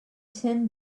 ten